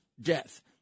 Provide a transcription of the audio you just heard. death